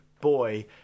boy